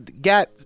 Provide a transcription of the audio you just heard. got